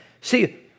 See